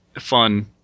fun